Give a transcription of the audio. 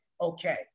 okay